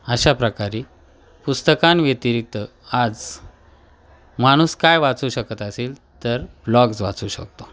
अशाप्रकारे पुस्तकांव्यतिरिक्त आज माणूस काय वाचू शकत असेल तर ब्लॉग्स वाचू शकतो